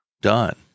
done